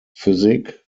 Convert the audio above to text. physique